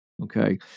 Okay